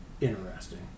interesting